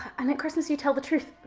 and at christmas, you tell the truth.